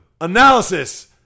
analysis